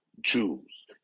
jews